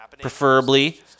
preferably